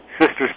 Sisters